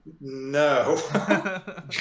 No